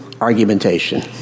argumentation